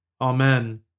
Amen